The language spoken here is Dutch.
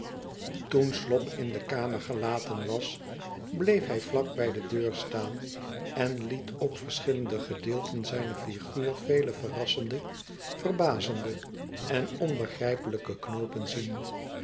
toen slop in de kamer gelaten was bleef hij vlak bij de deur staan en liet op verschillende gedeelten zijner figuur vele verrassende verbazende en onbegrijpelijke knoopen zien